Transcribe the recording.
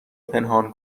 پنهان